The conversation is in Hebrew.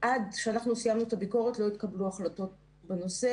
עד שאנחנו סיימנו את הביקורת לא התקבלו החלטות בנושא,